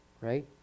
Right